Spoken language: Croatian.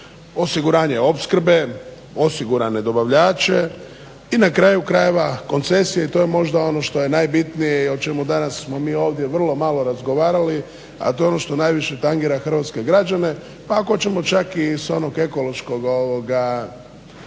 osiguranje opskrbe, osigurane dobavljače i na kraju krajeva koncesije i to je možda ono što je najbitnije i o čemu danas smo mi ovdje vrlo malo razgovarali, a to je ono što najviše tangira hrvatske građane. A ako ćemo i s onog ekološkog smisla,